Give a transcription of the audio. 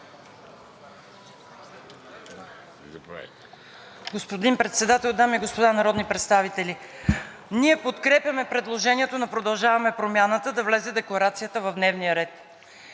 Господин Председател, дами и господа народни представители. Ние подкрепяме предложението на „Продължаваме Промяната“ да влезе Декларацията в дневния ред.